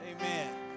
Amen